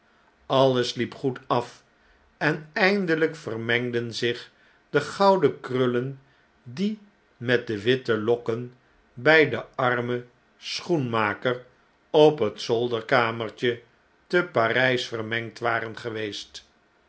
alles hep goed af en eindeljjk vermengden zich de gouden krullen die met de witte lokken by den armen schoenmaker op het zolderkamertje te p a r u s vermengd waren geweest